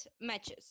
matches